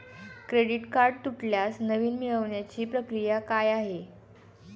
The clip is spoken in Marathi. क्रेडिट कार्ड तुटल्यास नवीन मिळवण्याची प्रक्रिया काय आहे?